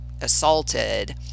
assaulted